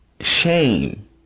Shame